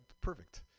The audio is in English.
Perfect